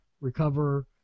recover